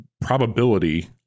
probability